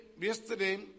yesterday